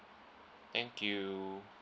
thank you